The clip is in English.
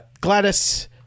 Gladys